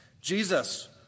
Jesus